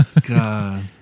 God